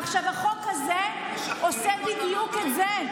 עכשיו, החוק הזה עושה בדיוק את זה.